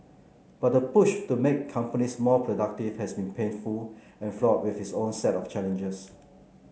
but the push to make companies more productive has been painful and fraught with its own set of challenges